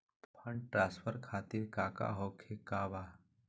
Fund transfer खातिर काका होखे का बा?